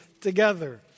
together